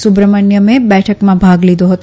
સુબ્રમસ્થમે બેઠકમાં ભાગ લીધો હતો